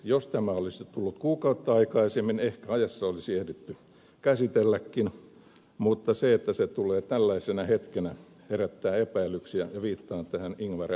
jos tämä olisi tullut kuukautta aikaisemmin ehkä se siinä ajassa olisi ehditty käsitelläkin mutta se että se tulee tällaisena hetkenä herättää epäilyksiä ja viittaan tähän ingvar s